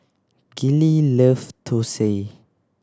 Gillie loves Thosai